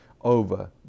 over